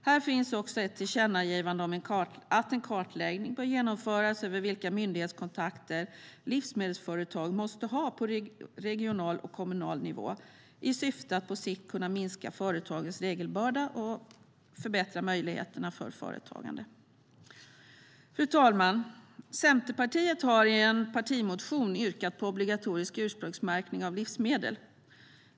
Här finns också ett tillkännagivande om att en kartläggning bör genomföras över vilka myndighetskontakter livsmedelsföretag måste ha på regional och kommunal nivå i syfte att på sikt kunna minska företagens regelbörda och förbättra möjligheterna för företagande. Fru talman! Centerpartiet har i en partimotion yrkat på obligatorisk ursprungsmärkning av livsmedel.